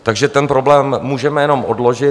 Takže ten problém můžeme jenom odložit.